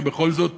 כי בכל זאת